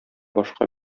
башка